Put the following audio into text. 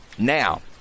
Now